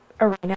arena